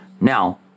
Now